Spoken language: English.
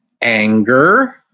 anger